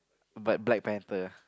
but Black-Panther